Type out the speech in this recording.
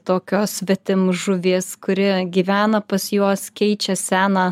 tokios svetimžuvies kuri gyvena pas juos keičia seną